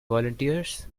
volunteers